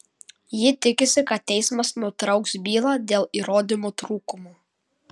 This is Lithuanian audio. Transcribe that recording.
ji tikisi kad teismas nutrauks bylą dėl įrodymų trūkumo